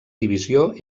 divisió